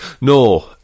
no